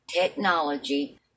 technology